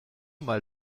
mal